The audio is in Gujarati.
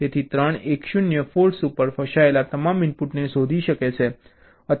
તેથી 1 1 1 0 ફૉલ્ટ્સ ઉપર ફસાયેલા તમામ ઇનપુટને શોધી શકે છે